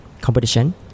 competition